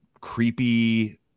creepy